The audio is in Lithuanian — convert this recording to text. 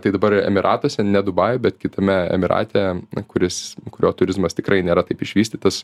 tai dabar emyratuose ne dubajuj bet kitame emyrate kuris kurio turizmas tikrai nėra taip išvystytas